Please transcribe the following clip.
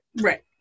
Right